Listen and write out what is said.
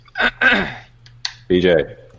BJ